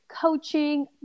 coaching